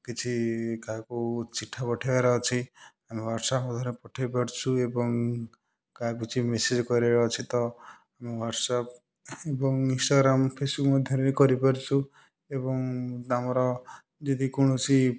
କିଛି କାହାକୁ ଚିଠା ପଠାଇବାର ଅଛି ଆମେ ୱାଟସଅପ୍ ମାଧ୍ୟମରେ ପଠାଇ ପାରୁଛୁ ଏବଂ କାହାକୁ କିଛି ମେସେଜ୍ କରିବାର ଅଛି ତ ମୁଁ ୱାଟସଅପ୍ ଏବଂ ଇନଷ୍ଟାଗ୍ରାମ୍ ଫେସ୍ବୁକ୍ ମଧ୍ୟରେ ବି କରିପାରୁଛୁ ଏବଂ ତମର ଯଦି କୌଣସି